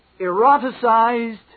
eroticized